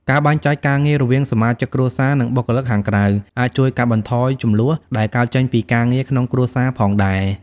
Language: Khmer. ការបែងចែកការងាររវាងសមាជិកគ្រួសារ និងបុគ្គលិកខាងក្រៅអាចជួយកាត់បន្ថយជម្លោះដែលកើតចេញពីការងារក្នុងគ្រួសារផងដែរ។